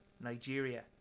Nigeria